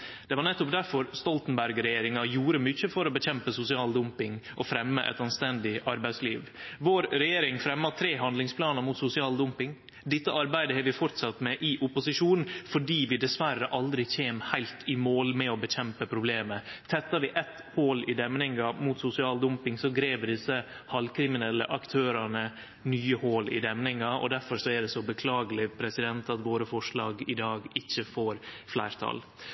Det var nettopp difor Stoltenberg-regjeringa gjorde mykje for å kjempe mot sosial dumping og å fremje eit anstendig arbeidsliv. Regjeringa vår fremja tre handlingsplanar mot sosial dumping. Dette arbeidet har vi fortsett med i opposisjon, fordi vi dessverre aldri kjem heilt i mål med å få bort problemet. Tettar vi eitt hol i demninga mot sosial dumping, grev dei halvkriminelle aktørane nye hol i demninga. Difor er det så beklageleg at forslaga våre i dag ikkje får fleirtal.